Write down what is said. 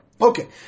Okay